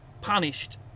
punished